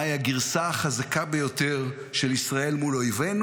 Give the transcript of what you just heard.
מהי הגרסה החזקה ביותר של ישראל מול אויבינו